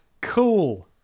cool